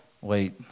wait